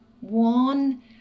One